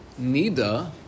Nida